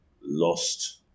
lost